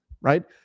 right